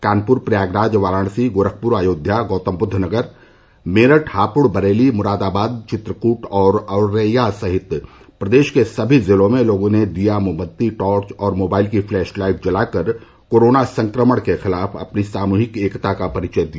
कानपुर प्रयागराज वाराणसी गोरखपुर अयोध्या गौतमबुद्ध नगर मेरठ हापुड़ बरेली मुरादाबाद चित्रकूट और औरैया सहित प्रदेश के सभी जिलों में लोगों ने दीया मोमबत्ती टॉर्च और मोबाइल की प्लेश लाइट जलाकर कोरोना संक्रमण के खिलाफ अपनी सामूहिक एकता का परिचय दिया